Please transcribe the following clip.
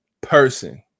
person